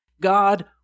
God